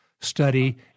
study